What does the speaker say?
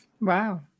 Wow